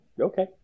okay